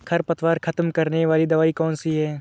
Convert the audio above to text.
खरपतवार खत्म करने वाली दवाई कौन सी है?